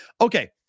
Okay